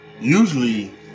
usually